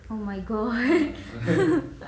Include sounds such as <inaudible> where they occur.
oh my god <laughs>